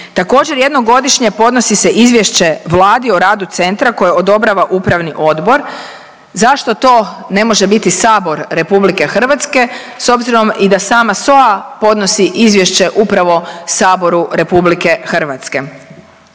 Također jednom godišnje podnosi se izvješće Vladi o radu centra koje odobrava Upravni odbor. Zašto to ne može biti Sabor RH s obzirom i da sama SOA podnosi izvješće upravo Saboru Republike Hrvatske.